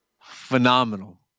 Phenomenal